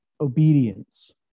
obedience